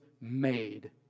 made